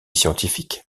scientifique